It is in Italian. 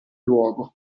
luogo